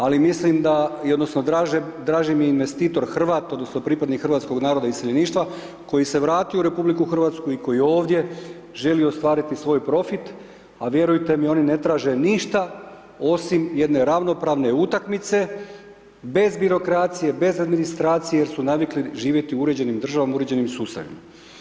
Ali mislim da i odnosno draži mi je investitor Hrvat, odnosno pripadnih hrvatskog naroda, iz iseljeništva, koji se vratio u RH i koji ovdje želi ostvariti svoj profit a vjerujte mi oni ne traže ništa osim jedne ravnopravne utakmice bez birokracije, bez administracije jer su navikli živjeti u uređenim državama, u uređenim sustavima.